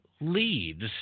leads